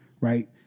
right